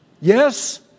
Yes